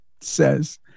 says